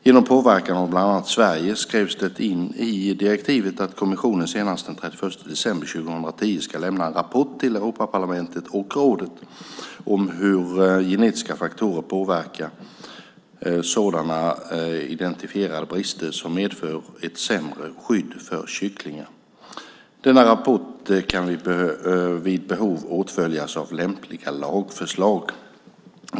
Genom påverkan av bland annat Sverige skrevs det in i direktivet att kommissionen senast den 31 december 2010 ska lämna en rapport till Europaparlamentet och rådet om hur genetiska faktorer påverkar sådana identifierade brister som medför ett sämre skydd för kycklingar. Denna rapport kan vid behov åtföljas av lämpliga lagförslag.